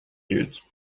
jetzt